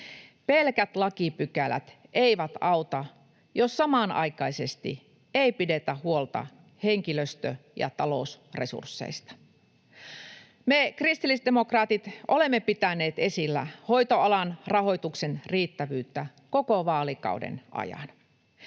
Pelkät lakipykälät eivät auta, jos samanaikaisesti ei pidetä huolta henkilöstö- ja talousresursseista. Me kristillisdemokraatit olemme pitäneet esillä hoitoalan rahoituksen riittävyyttä koko vaalikauden ajan.